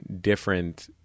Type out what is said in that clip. different